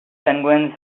penguins